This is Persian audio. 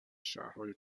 شهرهای